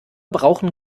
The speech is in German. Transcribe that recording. brauchen